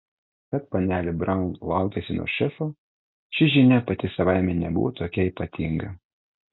kad panelė braun laukiasi nuo šefo ši žinia pati savaime nebuvo tokia ypatinga